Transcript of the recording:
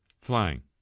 flying